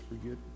forget